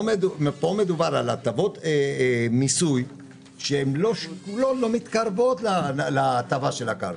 פה מדובר על הטבות מיסוי שלא מתקרבות להטבה של הקרקע,